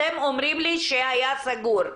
אתם אומרים לי שהיה סגור.